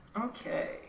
Okay